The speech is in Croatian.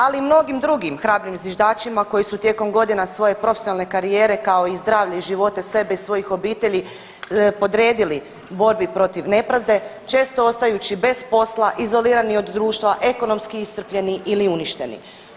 Ali i mnogim drugim hrabrim zviždačima koji su tijekom godina svoje profesionalne karijere kao i zdravlje i živote sebe i svojih obitelji podredili borbi protiv nepravde često ostajući bez posla izolirani od društva, ekonomski iscrpljeni ili uništeni.